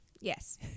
Yes